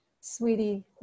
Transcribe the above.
sweetie